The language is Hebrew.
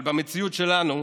אבל במציאות שלנו,